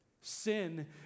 Sin